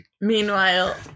Meanwhile